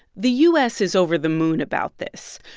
the u s. is over the moon about this.